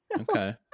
Okay